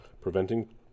Preventing